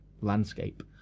landscape